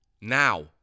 Now